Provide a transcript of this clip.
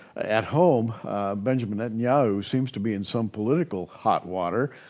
at home benjamin netanyahu seems to be in some political hot water.